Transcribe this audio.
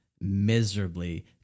miserably